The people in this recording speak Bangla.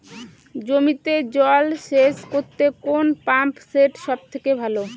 জমিতে জল সেচ করতে কোন পাম্প সেট সব থেকে ভালো?